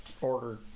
order